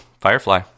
Firefly